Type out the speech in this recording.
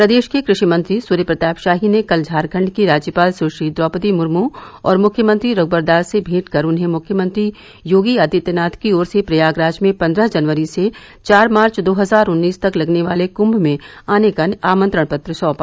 प्रदेश के कृषि मंत्री सूर्यप्रताप शाही ने कल झारखंड की राज्यपाल सुश्री द्रौपदी मुर्मू और मुख्यमंत्री रघुबरदास से भेंट कर उन्हें मुख्यमंत्री योगी आदित्यनाथ की ओर से प्रयागराज में पन्द्रह जनवरी से चार मार्च दो हजार उन्नीस तक लगने वाले कुंभ में आने का आमंत्रण पत्र सौंप